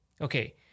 okay